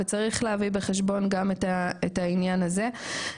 וצריך להביא בחשבון גם את העניין הזה.